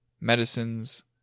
medicines